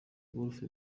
golf